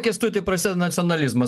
kęstuti prasideda nacionalizmas